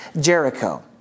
Jericho